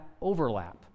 overlap